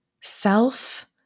self